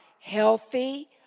healthy